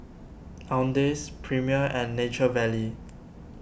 Owndays Premier and Nature Valley